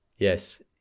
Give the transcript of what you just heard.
Yes